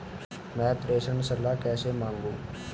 मैं प्रेषण सलाह कैसे मांगूं?